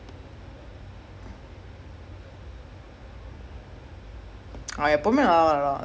ya alex telleso is playing quite decent but can think oh